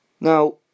now